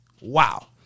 Wow